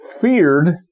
feared